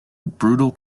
brutal